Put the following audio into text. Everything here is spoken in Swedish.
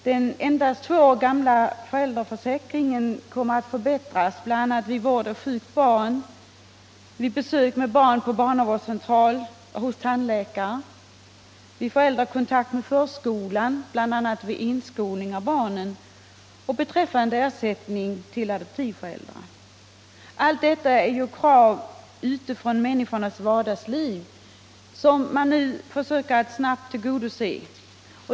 Den endast två år gamla föräldraförsäkringen kommer att förbättras vid vård av sjukt barn, vid besök med barn på barnavårdscentral och hos tandläkare, vid föräldrakontakt med förskolan, bl.a. i samband med inskolning av barn, och beträffande ersättning till adoptivföräldrar. Allt detta är krav från människornas vardagsliv som man nu försöker att snabbt tillgodose.